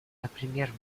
например